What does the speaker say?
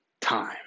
time